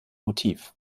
motiv